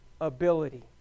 ability